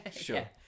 Sure